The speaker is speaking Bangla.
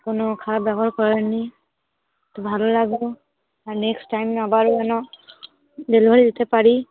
কোনো খারাপ ব্যবহার করেনি তো ভালো লাগল আর নেক্সট টাইম আবারও যেন ডেলিভারি নিতে পারি